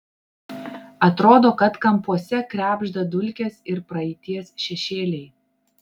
atrodo kad kampuose krebžda dulkės ir praeities šešėliai